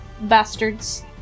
Bastards